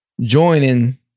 joining